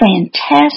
fantastic